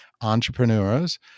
entrepreneurs